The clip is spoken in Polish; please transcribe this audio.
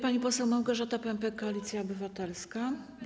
Pani poseł Małgorzata Pępek, Koalicja Obywatelska.